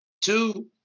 Two